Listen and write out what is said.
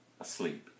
asleep